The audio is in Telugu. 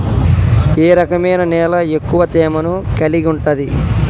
ఏ రకమైన నేల ఎక్కువ తేమను కలిగుంటది?